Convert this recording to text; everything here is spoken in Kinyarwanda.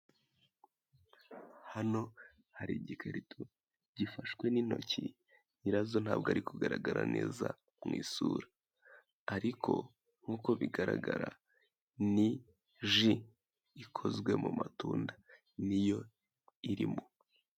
Hano hari igikarito gifashwe n'intoki, nyirazo ntabwo ari kugaragara neza mu isura. Ariko nk'uko bigaragara, ni ji ikozwe mu matunda. Ni yo irimo.